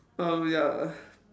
um ya